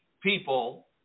people